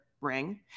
ring